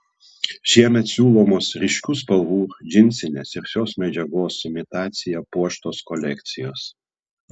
šiemet siūlomos ryškių spalvų džinsinės ir šios medžiagos imitacija puoštos kolekcijos